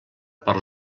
per